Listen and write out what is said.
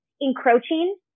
encroaching